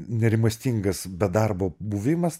nerimastingas be darbo buvimas